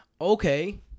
Okay